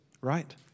Right